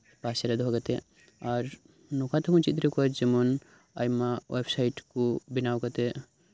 ᱯᱟᱥᱨᱮ ᱫᱚᱦᱚ ᱠᱟᱛᱮᱫ ᱟᱨ ᱱᱚᱝᱠᱟ ᱠᱟᱛᱮᱫ ᱦᱚᱵᱚᱱ ᱪᱮᱫ ᱫᱟᱲᱮᱭ ᱟᱠᱚᱣᱟ ᱡᱮᱢᱚᱱ ᱟᱭᱢᱟ ᱳᱭᱮᱵᱽ ᱥᱟᱭᱤᱴ ᱠᱚ ᱵᱮᱱᱟᱣ ᱠᱟᱛᱮᱫ